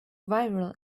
viral